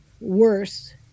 worse